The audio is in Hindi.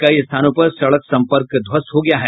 कई स्थानों पर सड़क संपर्क ध्वस्त हो गया है